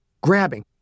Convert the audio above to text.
grabbing